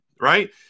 right